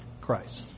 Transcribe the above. Christ